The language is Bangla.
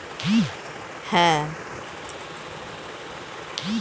অভ্যন্তরীন রেট বা হার হচ্ছে যে হারে বিনিয়োগ করা হয়